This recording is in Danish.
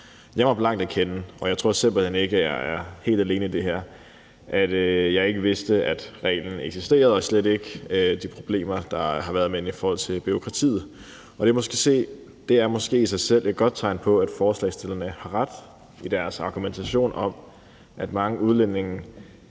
Jeg må blankt erkende, og jeg tror simpelt hen ikke, at jeg er helt alene i det her, at jeg ikke vidste, at reglen eksisterede, og jeg vidste slet ikke noget om de problemer, der har været med den i forhold til bureaukratiet. Det er måske i sig selv et godt tegn på, at forslagsstillerne har ret i deres argumentation om, at mange udlændinge